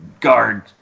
guard